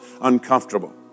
uncomfortable